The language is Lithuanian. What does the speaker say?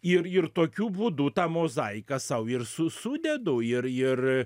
ir ir tokiu būdu tą mozaiką sau ir su sudedu ir ir